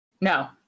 No